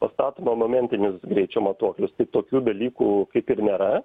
pastatome momentinius greičio matuoklius tai tokių dalykų kaip ir nėra